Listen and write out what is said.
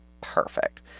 perfect